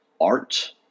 art